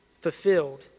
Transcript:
fulfilled